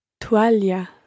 Toalla